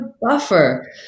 buffer